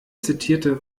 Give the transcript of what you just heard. zitierte